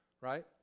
Right